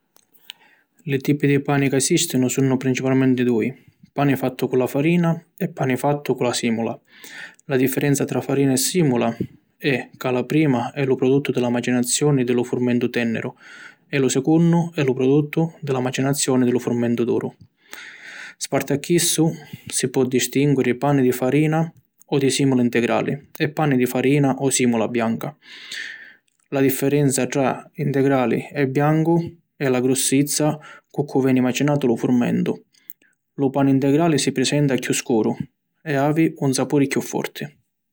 Li tipi di pani ca esistinu sunnu principalmenti dui: pani fattu cu la farina e pani fattu cu la simula. La differenza tra farina e simula è ca la prima è lu produttu di la macinazioni di lu furmentu tenniru e lu secunnu è lu produttu di la macinazioni di lu furmentu duru. Sparti a chissu, si pò distinguiri pani di farina o di simula integrali e pani di farina o simula bianca. La differenza tra integrali e biancu è la grussizza cu cu’ veni macinatu lu furmentu. Lu pani integrali si prisenta chiù scuru e havi un sapuri chiù forti.